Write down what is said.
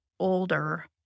older